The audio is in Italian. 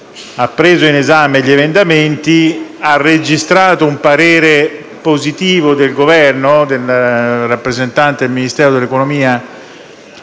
ha preso in esame gli emendamenti registrando un parere positivo del rappresentante del Ministero dell’economia